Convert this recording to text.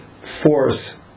force